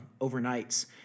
overnights